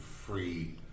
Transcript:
free